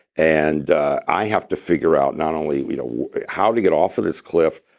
and i have to figure out not only you know how to get off of this cliff,